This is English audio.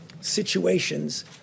situations